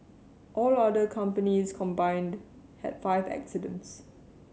all other companies combined had five accidents